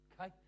Okay